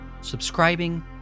subscribing